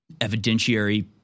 evidentiary